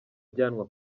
ajyanwa